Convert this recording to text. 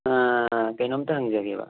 ꯀꯩꯅꯣꯝꯇ ꯍꯪꯖꯒꯦꯕ